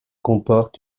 comportent